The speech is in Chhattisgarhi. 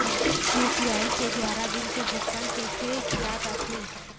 यू.पी.आई के द्वारा बिल के भुगतान कैसे किया जाथे?